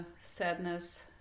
sadness